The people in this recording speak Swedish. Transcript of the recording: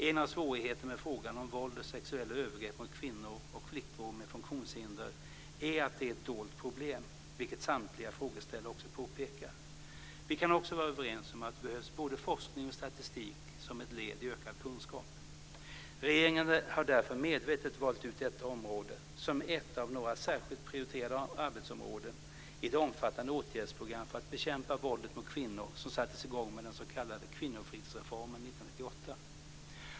En av svårigheterna med frågan om våld och sexuella övergrepp mot kvinnor och flickor med funktionshinder är att det är ett dolt problem, vilket samtliga frågeställare också påpekar. Vi kan också vara överens om att det behövs både forskning och statistik som ett led i ökad kunskap. Regeringen har därför medvetet valt ut detta område som ett av några särskilt prioriterade arbetsområden i det omfattande åtgärdsprogram för att bekämpa våldet mot kvinnor som sattes i gång genom den s.k. kvinnofridsreformen 1998.